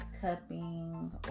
Cupping